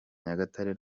nyagatare